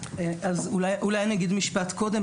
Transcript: אולי אני אומר קודם משפט.